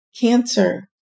cancer